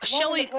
Shelly